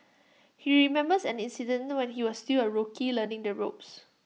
he remembers an incident when he was still A rookie learning the ropes